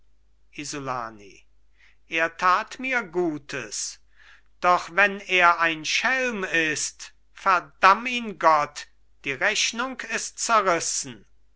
isolani er tat mir gutes doch wenn er ein schelm ist verdamm ihn gott die rechnung ist zerrissen